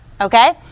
Okay